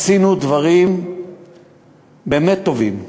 עשינו דברים באמת טובים.